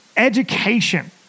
Education